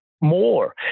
more